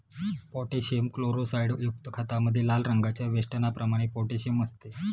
potassium क्लोराईडयुक्त खतामध्ये लाल रंगाच्या वेष्टनाप्रमाणे पोटॅशियम असते